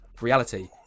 reality